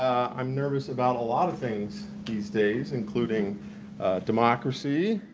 i'm nervous about a lot of things these days, including democracy,